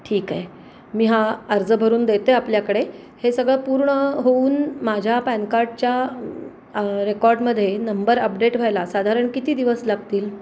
ठीक आहे मी हा अर्ज भरून देते आपल्याकडे हे सगळं पूर्ण होऊन माझ्या पॅनकार्डच्या रेकॉर्डमध्ये नंबर अपडेट व्हायला साधारण किती दिवस लागतील